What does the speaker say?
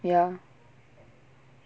ya